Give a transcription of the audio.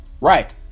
Right